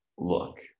look